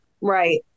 Right